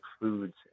foods